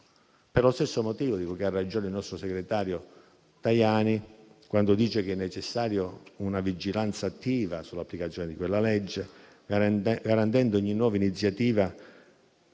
Per lo stesso motivo dico che ha ragione il nostro segretario Tajani quando dice che è necessaria una vigilanza attiva sull'applicazione di quella legge, garantendo ogni nuova iniziativa